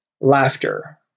laughter